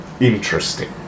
interesting